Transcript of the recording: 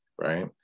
right